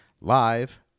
live